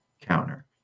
Counter